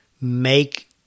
make